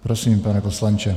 Prosím, pane poslanče.